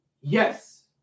yes